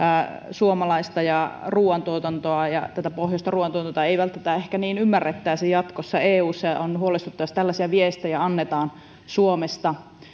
suomalaista ruuantuotantoa ja tätä pohjoista ruuantuotantoa ei välttämättä ehkä niin ymmärrettäisi jatkossa eussa ja ja on huolestuttu jos tällaisia viestejä annetaan suomesta